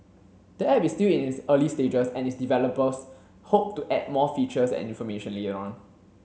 the app is still in its early stages and its developers hope to add more features and information later on